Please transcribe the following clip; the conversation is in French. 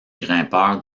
grimpeurs